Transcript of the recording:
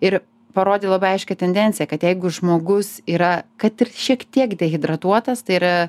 ir parodė labai aiškią tendenciją kad jeigu žmogus yra kad ir šiek tiek dehidratuotas tai yra